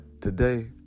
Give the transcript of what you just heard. Today